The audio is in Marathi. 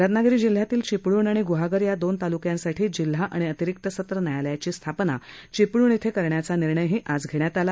रत्नागिरी जिल्ह्यातील चिपळ्ण आणि ग्हागर या दोन तालुक्यांसाठी जिल्हा आणि अतिरिक्त सत्र न्यायालयाची स्थापना चिपळण येथे करण्याचा निर्णयही आज घेण्यात आला